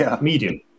medium